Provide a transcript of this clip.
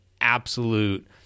absolute